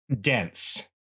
dense